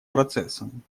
процессом